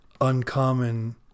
uncommon